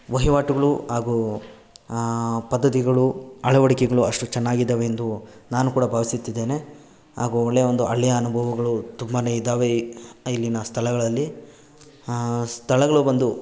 ವಹಿವಾಟುಗಳು ಹಾಗೂ ಪದ್ಧತಿಗಳು ಅಳವಡಿಕೆಗಳು ಅಷ್ಟು ಚೆನ್ನಾಗಿದ್ದಾವೆ ಎಂದು ನಾನು ಕೂಡ ಭಾವಿಸುತ್ತಿದ್ದೇನೆ ಹಾಗೂ ಒಳ್ಳೆಯ ಒಂದು ಹಳ್ಳಿಯ ಅನುಭವಗಳು ತುಂಬನೇ ಇದ್ದಾವೆ ಇಲ್ಲಿನ ಸ್ಥಳಗಳಲ್ಲಿ ಸ್ಥಳಗಳು ಬಂದು